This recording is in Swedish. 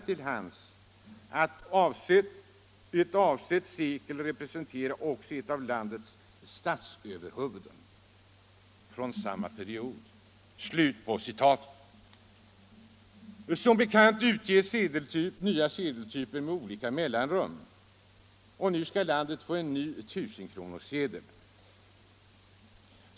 — ”till hands att låta ett avsett sekel representeras också av ett av landets statsöverhuvud från samma period.” Som bekant utges nya sedeltyper med olika mellanrum. Nu skall landet alltså få en ny 1 000-kronorssedel.